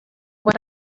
what